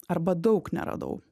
arba daug neradau